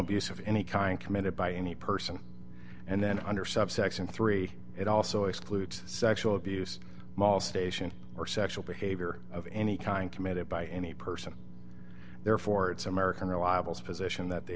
of any kind committed by any person and then under subsection three it also excludes sexual abuse mol station or sexual behavior of any kind committed by any person therefore it's american reliables position that the